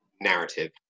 narrative